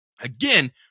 again